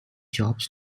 jobs